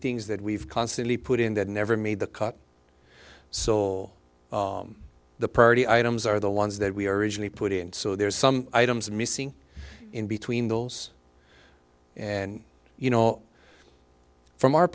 things that we've constantly put in that never made the cut so the party items are the ones that we are originally put in so there's some items missing in between those and you know from our